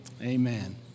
Amen